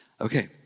Okay